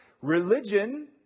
Religion